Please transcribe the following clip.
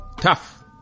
tough